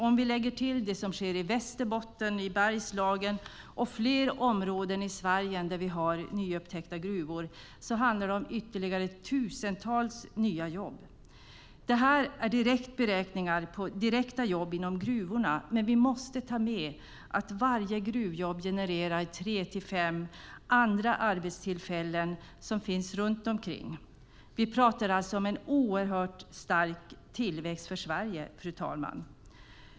Om vi lägger till det som sker i Västerbotten, Bergslagen och fler områden i Sverige där vi har nyupptäckta gruvfyndigheter handlar det om ytterligare tusentals nya jobb. Detta är beräkningar på direkta jobb inom gruvorna. Men vi måste ta med att varje gruvjobb genererar tre till fem andra arbetstillfällen i det som finns runt omkring. Vi pratar om en oerhört starkt tillväxt för Sverige.